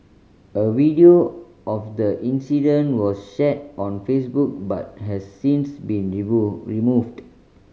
a video of the incident was shared on Facebook but has since been removed